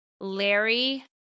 Larry